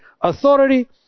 authority